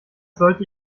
sollte